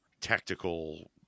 tactical